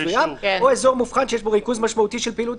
או אזור מובחן שיש בו ריכוז משמעותי של פעילות